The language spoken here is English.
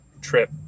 trip